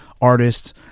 artists